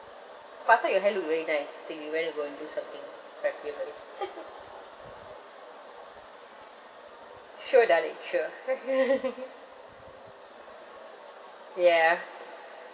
but I thought your hair looked very nice till you went and go and do something practically sure darling sure ya